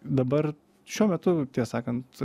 dabar šiuo metu tie sakant